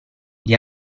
gli